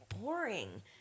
boring